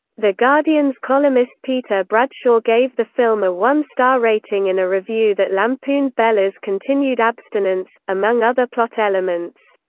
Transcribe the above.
the guardian's columnist peter bradshaw gave the film a one-star rating in a review that lampooned bella's continued abstinence, among other plot elements.